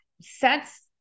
sets